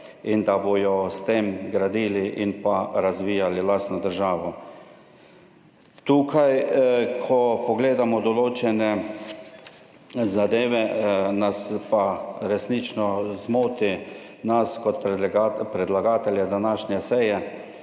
in da bodo s tem gradili in pa razvijali lastno državo. Tukaj, ko pogledamo določene zadeve, nas pa resnično zmoti, nas kot predlagatelja današnje seje,